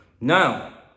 Now